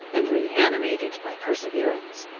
and re-animated my perseverance.